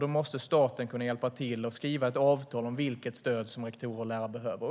Då måste staten kunna hjälpa till och skriva ett avtal om vilket stöd som rektorer och lärare behöver.